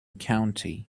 county